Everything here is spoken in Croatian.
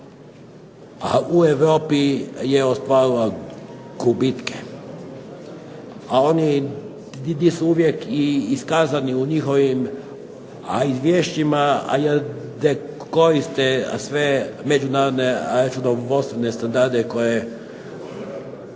u Europi je ostvarilo gubitke. A oni su uvijek iskazani u njihovim izvješćima jer koriste sve međunarodne računovodstvene standarde koje